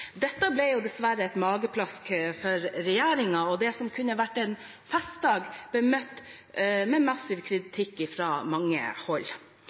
dessverre et mageplask for regjeringen, og det som kunne vært en festdag, ble møtt med massiv kritikk fra mange hold.